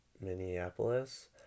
Minneapolis